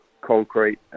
concrete